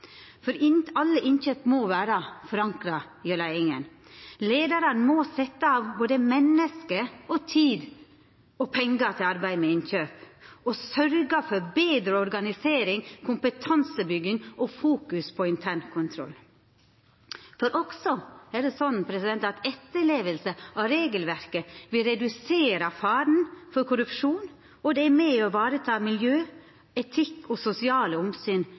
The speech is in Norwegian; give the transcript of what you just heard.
Alle innkjøp må vera forankra hjå leiinga. Leiarane må setja av både menneske, tid og pengar til arbeidet med innkjøp og sørgja for betre organisering, kompetansebygging og fokus på intern kontroll. Det er også sånn at etterleving av regelverket vil redusera faren for korrupsjon og er med på å vareta miljø, etikk og sosiale omsyn